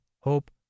hope